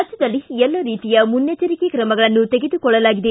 ರಾಜ್ಯದಲ್ಲಿ ಎಲ್ಲ ರೀತಿಯ ಮುನ್ನೆಚ್ಚರಿಕೆ ಕ್ರಮಗಳನ್ನು ತೆಗೆದುಕೊಳ್ಳಲಾಗಿದೆ